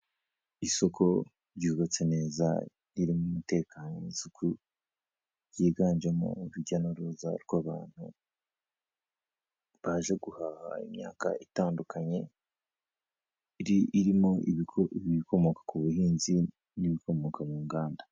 Isoko ryubatse neza ririmo umutekano n'isuku, ryiganjemo urujya n'uruza rw'abantu, baje guhaha imyaka itandukanye irimo: ibikomoka ku buhinzi n'ibikomoka mu nganda.